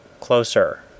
closer